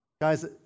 Guys